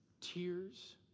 tears